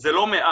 זה לא מעט.